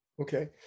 Okay